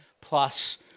plus